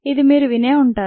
ఇది మీరు వినే ఉంటారు